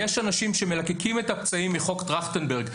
יש אנשים שמלקקים את הפצעים מחוק טרכטנברג,